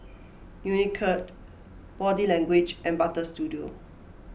Unicurd Body Language and Butter Studio